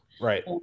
Right